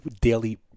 daily